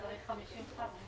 צריך 50 ח"כים.